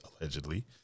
allegedly